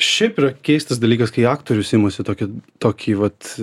šiaip yra keistas dalykas kai aktorius imasi tokio tokį vat